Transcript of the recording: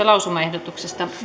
lausumaehdotuksen